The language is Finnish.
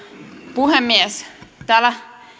puhemies täällä